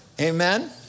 Amen